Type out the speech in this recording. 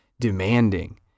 Demanding